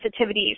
sensitivities